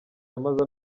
yamaze